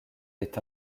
est